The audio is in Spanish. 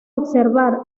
observar